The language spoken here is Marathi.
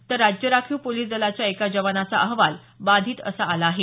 तर राज्य राखीव पोलिस दलाच्या एका जवानाचा अहवाल बाधित असा आला आहे